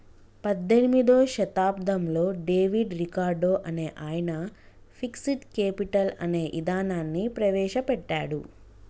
పద్దెనిమిదో శతాబ్దంలో David Ricardo అనే ఆయన ఫిక్స్డ్ కేపిటల్ అనే ఇదానాన్ని ప్రవేశ పెట్టాడు